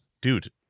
Dude